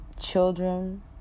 children